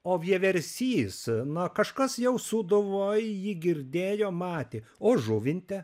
o vieversys na kažkas jau sūduvoj jį girdėjo matė o žuvinte